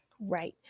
Right